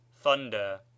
thunder